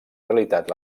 realitat